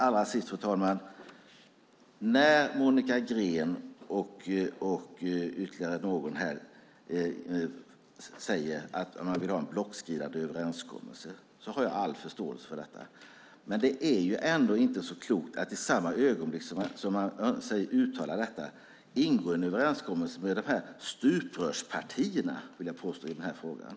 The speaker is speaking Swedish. Allra sist, fru talman: När Monica Green och ytterligare någon här säger att man vill ha en blocköverskridande överenskommelse har jag all förståelse för det. Men det är inte så klokt att i samma ögonblick som man uttalar detta ingå en överenskommelse med de här stuprörspartierna - vill jag påstå - i den här frågan.